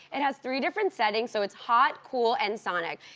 it has three different settings, so it's hot, cool, and sonic.